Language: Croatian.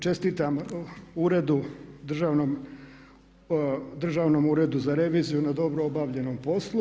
Čestitam Državnom uredu za reviziju na dobro obavljenom poslu.